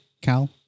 Cal